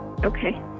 okay